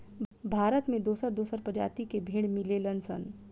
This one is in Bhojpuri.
भारत में दोसर दोसर प्रजाति के भेड़ मिलेलन सन